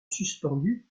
suspendus